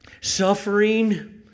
suffering